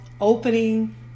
opening